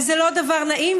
וזה לא דבר נעים,